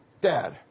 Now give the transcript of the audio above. Dad